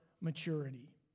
maturity